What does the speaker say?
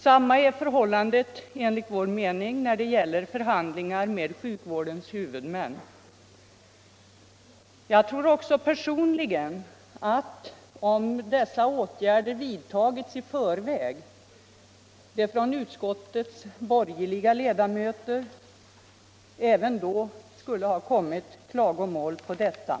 Samma är förhållandet enligt vår mening när det gäller förhandlingar med sjukvårdens huvudmän. Jag tror också personligen att om dessa åtgärder vidtagits i förväg hade det från utskottets borgerliga ledamöter även då kommit klagomål på detta.